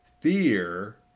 fear